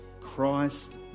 Christ